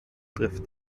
trifft